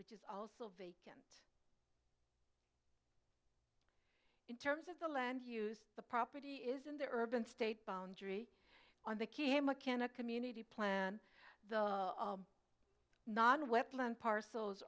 which is also in terms of the land use the property is in the urban state boundary on the camera can a community plan the non wetland parcels